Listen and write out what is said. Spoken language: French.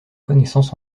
connaissances